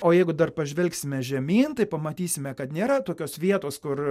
o jeigu dar pažvelgsime žemyn tai pamatysime kad nėra tokios vietos kur